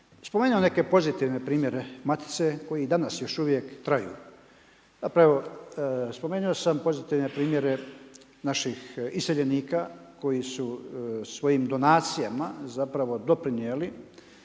spomenuo neke pozitivne primjere Matice koji i danas još uvijek traju. Zapravo spomenuo sam pozitivne primjere naših iseljenika koji su svojim donacijama zapravo doprinijeli